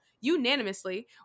unanimously